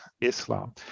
Islam